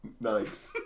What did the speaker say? Nice